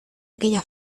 aquella